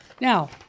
Now